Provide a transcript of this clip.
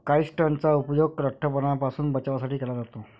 काइट्सनचा उपयोग लठ्ठपणापासून बचावासाठी केला जातो